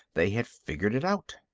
they had figured it out.